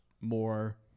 more